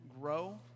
grow